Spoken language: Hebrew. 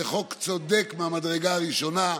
זה חוק צודק מהמדרגה הראשונה.